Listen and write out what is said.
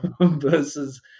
versus